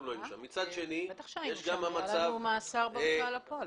בטח היינו שם, היה לנו מאסר בהוצאה לפועל.